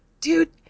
dude